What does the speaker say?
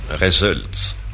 results